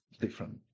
Different